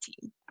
team